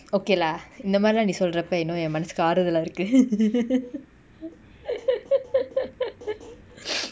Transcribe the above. okay lah இந்தமாரிலா நீ சொல்றப்ப:inthamarila nee solrappa you know eh மனசுக்கு ஆறுதலா இருக்கு:manasuku aaruthala iruku